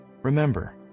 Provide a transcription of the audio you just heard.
remember